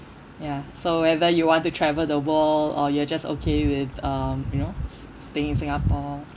ya so whether you want to travel the world or you're just okay with um you know staying in Singapore